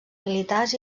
militars